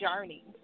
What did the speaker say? journey